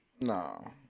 No